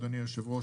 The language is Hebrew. אדוני היושב-ראש,